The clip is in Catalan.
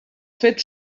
fet